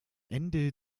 ende